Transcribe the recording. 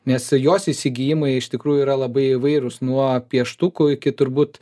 nes jos įsigijimai iš tikrųjų yra labai įvairūs nuo pieštukų iki turbūt